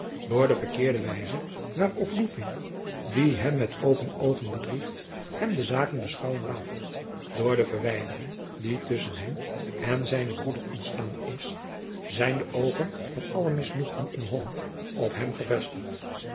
door de verkeerde wijze waarop ludwig die hem met open oogen bedriegt hem de zaken beschouwen laat door de verwijdering die tusschen hem en zijnen broeder ontstaan is zijn de oogen van alle misnoegden in holland op hem gevestigd